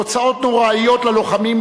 תוצאות נוראות ללוחמים,